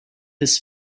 his